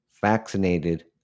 vaccinated